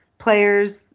players